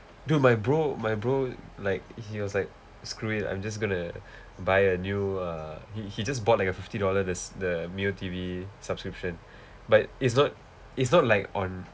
dude my bro my bro like he was like screw it I'm just going to buy a new uh he he just bought like a fifty dollar this the mio T_V subscription but it's not it's not like on